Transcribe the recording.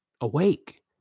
awake